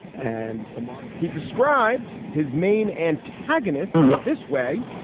and the mark he described his main antagonist this way,